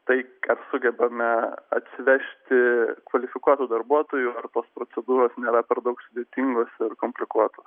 tai kad sugebame atsivežti kvalifikuotų darbuotojų ar tos procedūros nėra per daug sudėtingos ir komplikuotos